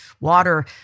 water